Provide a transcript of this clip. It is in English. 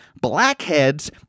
blackheads